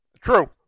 True